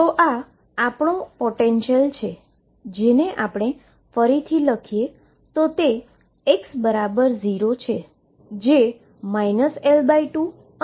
તો આ આપણી પોટેંશિયલ છે જેને આપણે ફરીથી લખીએ તો તે x0 છે જે L2 અને L2 ની વચ્ચે છે